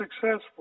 successful